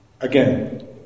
again